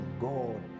God